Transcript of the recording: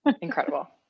Incredible